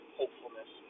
hopefulness